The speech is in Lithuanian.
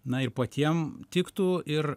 na ir patiem tiktų ir